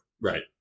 Right